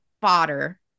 fodder